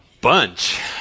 bunch